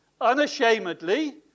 unashamedly